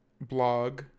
blog